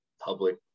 public